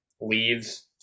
leaves